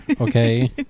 okay